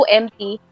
empty